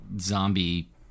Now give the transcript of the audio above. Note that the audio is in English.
zombie